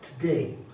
today